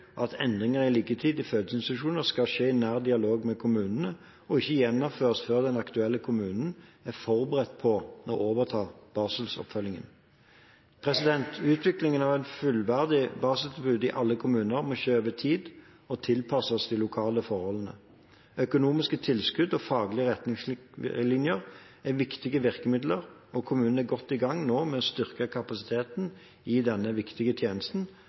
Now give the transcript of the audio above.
at endringer i liggetid i fødeinstitusjonen skal skje i nær dialog med kommunene og ikke gjennomføres før den aktuelle kommunen er forberedt på å overta barseloppfølgingen. Utvikling av et fullverdig barseltilbud i alle kommuner må skje over tid og tilpasses lokale forhold. Økonomiske tilskudd og faglige retningslinjer er viktige virkemidler, og kommunene er godt i gang med å styrke kapasiteten i denne viktige tjenesten,